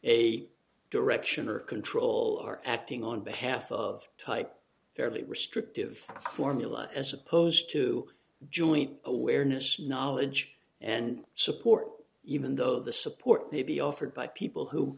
a direction or control or acting on behalf of type fairly restrictive formula as opposed to joint awareness knowledge and support even though the support may be offered by people who